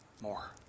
more